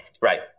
right